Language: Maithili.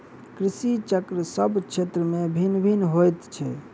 कृषि चक्र सभ क्षेत्र मे भिन्न भिन्न होइत छै